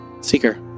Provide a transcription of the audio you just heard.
seeker